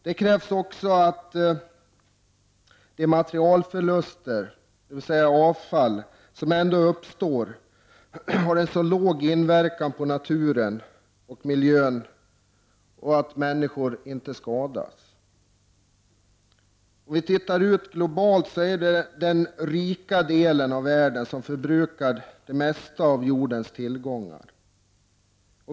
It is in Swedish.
Det krävs också att de materialförluster, dvs. avfall, som ändå uppstår har en så låg inverkan på naturen att miljön och människorna inte skadas. Globalt sett förbrukar den rika delen av världen det mesta av jordens tillgångar.